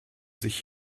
sich